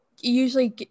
usually